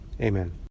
Amen